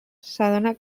s’adona